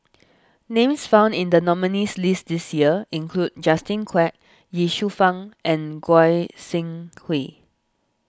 Names found in the nominees' list this year include Justin Quek Ye Shufang and Goi Seng Hui